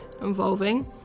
involving